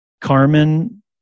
Carmen